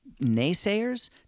naysayers